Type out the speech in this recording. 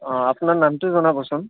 অঁ আপোনাৰ নামটো জনাবচোন